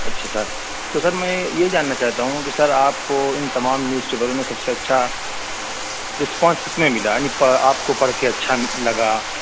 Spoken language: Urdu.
اچھا سر تو سر میں یہ جاننا چاہتا ہوں کہ سر آپ کو ان تمام نیوز پیپروں میں سب سے اچھا رسپانس کس میں ملا یعنی آپ کو پڑھ کے اچھا لگا